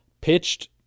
Pitched